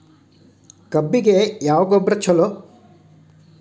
ಕಬ್ಬಿಗ ಯಾವ ಗೊಬ್ಬರ ಛಲೋ?